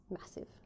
massive